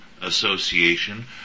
Association